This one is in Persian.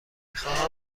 خواهم